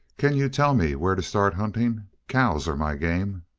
can you tell me where to start hunting? cows are my game.